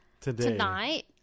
tonight